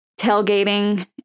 tailgating